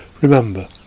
Remember